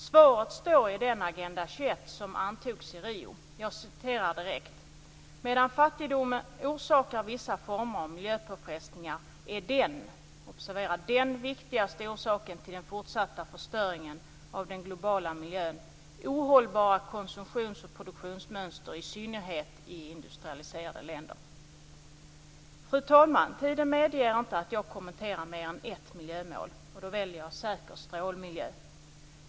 Svaret står i den Agenda 21 som antogs i Rio: "Medan fattigdom orsakar vissa former av miljöpåfrestningar, är den viktigaste orsaken till den fortsatta förstöringen av den globala miljön, ohållbara konsumtions och produktionsmönster i synnerhet i industrialiserade länder." Fru talman! Tiden medger inte att jag kommenterar mer än ett miljömål. Då väljer jag målet om en säker strålmiljö.